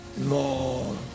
More